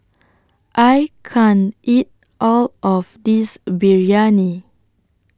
I can't eat All of This Biryani